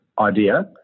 idea